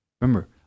remember